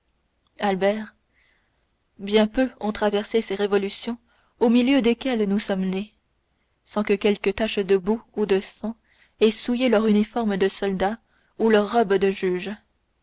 albert bien peu ont traversé ces révolutions au milieu desquelles nous sommes nés sans que quelque tache de boue ou de sang ait souillé leur uniforme de soldat ou leur robe de juge